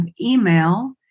email